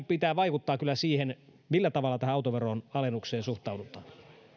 pitää vaikuttaa kyllä siihen millä tavalla tähän autoveron alennukseen suhtaudutaan